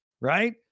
right